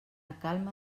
calma